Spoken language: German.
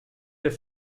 der